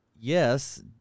yes